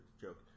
joke